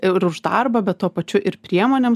ir už darbą bet tuo pačiu ir priemonėms